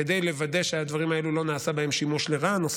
כדי לוודא שלא נעשה שימוש לרעה בדברים האלה,